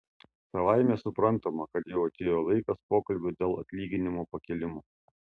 savaime suprantama kad jau atėjo laikas pokalbiui dėl atlyginimo pakėlimo